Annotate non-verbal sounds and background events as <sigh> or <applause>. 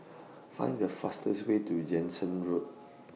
Find The fastest Way to Jansen Road <noise>